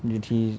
beauty